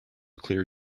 clear